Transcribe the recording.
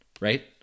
right